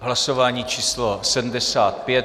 Hlasování číslo 75.